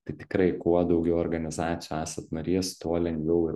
tai tikrai kuo daugiau organizacijų esant narys tuo lengviau ir